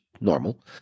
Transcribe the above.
normal